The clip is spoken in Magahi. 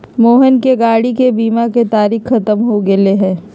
मोहन के गाड़ी के बीमा के तारिक ख़त्म हो गैले है